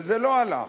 וזה לא הלך.